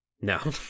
No